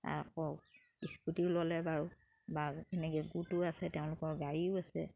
আকৌ স্কুটিও ল'লে বাৰু বা এনেকে গোটো আছে তেওঁলোকৰ গাড়ীও আছে